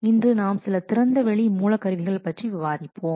இன்று நாம் சில திறந்த வெளி மூல கருவிகள் பற்றி விவாதிப்போம்